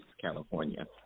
California